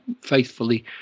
faithfully